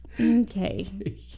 Okay